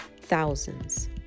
Thousands